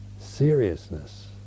seriousness